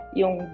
yung